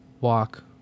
walk